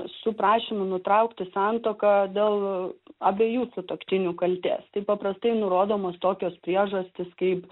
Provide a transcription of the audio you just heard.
su prašymu nutraukti santuoką dėl abiejų sutuoktinių kaltės tai paprastai nurodomos tokios priežastys kaip